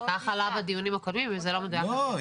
כך עלה בדיונים הקודמים, וזה לא מדויק --- נכון.